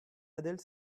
adult